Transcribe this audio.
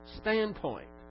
standpoint